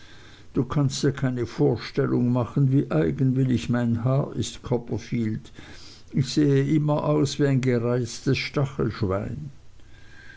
du kannst dir keine vorstellung machen wie eigenwillig mein haar ist copperfield ich sehe immer aus wie ein gereiztes stachelschwein